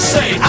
Say